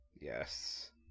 Yes